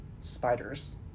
Spiders